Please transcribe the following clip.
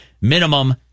minimum